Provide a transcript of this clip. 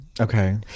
okay